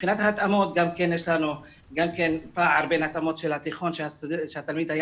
מבחינת ההתאמות יש לנו גם כן פער בין התאמות שהתלמיד היה